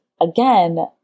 again